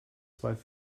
zwei